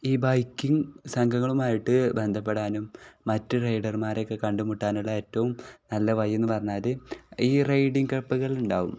ഈ ബൈക്കിങ്ങ് സംഘങ്ങളുമായിട്ട് ബന്ധപ്പെടാനും മറ്റ് റൈഡർമാരെയൊക്കെ കണ്ടുമുട്ടാനുള്ള ഏറ്റവും നല്ല വഴി എന്ന് പറഞ്ഞാൽ ഈ റൈഡിങ് ക്ലബുകൾ ഉണ്ടാകും